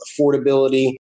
affordability